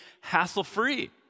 hassle-free